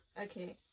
okay